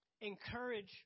encourage